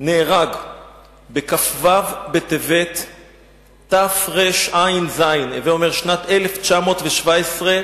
נהרג בכ"ו בטבת תרע"ז, זה אומר שנת 1917,